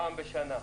פעם בשנה.